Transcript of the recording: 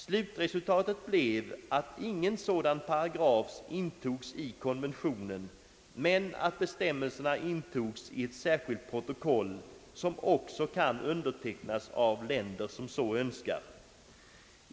Slutresultatet blev att ingen sådan paragraf intogs i konventionen men att bestämmelserna infördes i ett särskilt protokoll som också kan undertecknas av länder som så önskar.